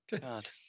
God